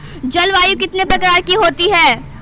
जलवायु कितने प्रकार की होती हैं?